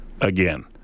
Again